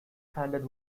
handed